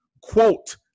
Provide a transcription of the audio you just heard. Quote